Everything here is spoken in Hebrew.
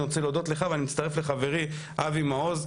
אני רוצה להודות לך ואני מצטרך לחברי אבי מעוז,